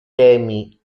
temi